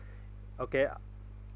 okay